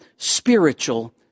spiritual